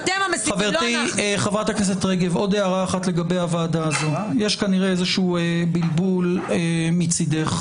אנחנו רואים כמה עדויות נופלות.